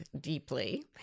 deeply